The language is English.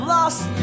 Lost